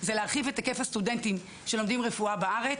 להרחיב את היקף הסטודנטים שלומדים רפואה בארץ.